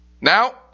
Now